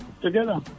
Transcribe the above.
together